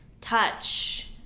touch